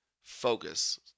focus